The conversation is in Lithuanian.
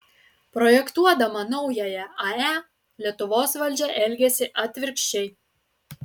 projektuodama naująją ae lietuvos valdžia elgiasi atvirkščiai